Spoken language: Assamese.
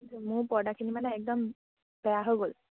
মোৰ পৰ্দাখিনি মানে একদম বেয়া হৈ গ'ল